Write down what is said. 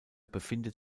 befindet